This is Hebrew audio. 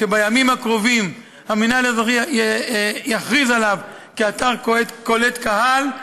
בימים הקרובים המינהל האזרחי יכריז עליו כאתר קולט קהל,